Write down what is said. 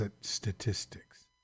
statistics